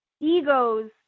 egos